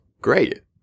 great